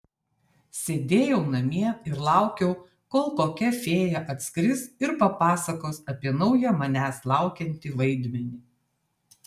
sėdėjau namie ir laukiau kol kokia fėja atskris ir papasakos apie naują manęs laukiantį vaidmenį